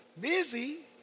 busy